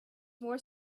more